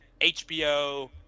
hbo